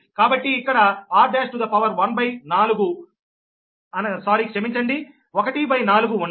కాబట్టి ఇక్కడ r1 to the power 1 by 4 ఉండదు